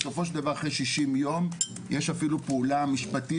בסופו של דבר אחרי 60 יום יש אפילו פעולה משפטית